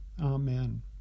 Amen